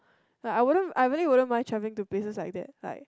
like I wouldn't I really wouldn't mind travelling to places like that like